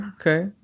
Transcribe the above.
Okay